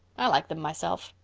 i like them myself.